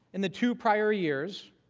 and the two prior years,